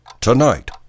Tonight